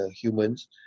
humans